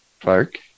Clark